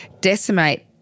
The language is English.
decimate